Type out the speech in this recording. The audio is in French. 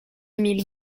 mille